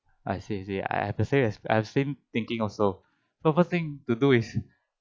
I see I see I have to say that I have the same thinking also so first thing to do is